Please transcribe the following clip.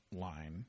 line